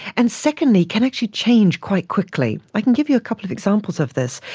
and secondly can actually change quite quickly. i can give you a couple of examples of this.